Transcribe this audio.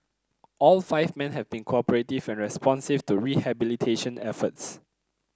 all five men have been cooperative and responsive to rehabilitation efforts